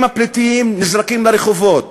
אם הפליטים נזרקים לרחובות